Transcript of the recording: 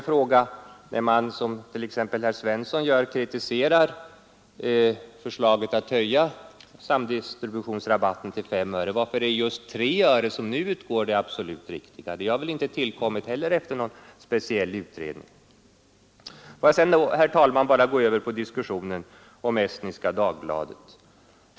När t.ex. herr Svensson i Eskilstuna kritiserar förslaget att höja samdistributionsrabatten till 5 öre, kan man fråga: Varför är just de 3 öre, som nu utgår, det absolut riktiga? Regeln om just 3 öre har inte heller tillkommit efter någon speciell utredning. Får jag sedan, herr talman, gå över på diskussionen om Estniska Dagbladet — Eesti Päevaleht.